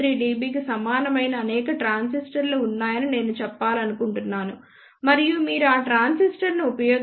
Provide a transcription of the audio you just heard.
3 dBకి సమానమైన అనేక ట్రాన్సిస్టర్లు ఉన్నాయని నేను చెప్పాలనుకుంటున్నాను మరియు మీరు ఆ ట్రాన్సిస్టర్ను ఉపయోగిస్తే 0